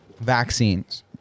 vaccines